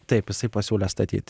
taip jisai pasiūlė statyt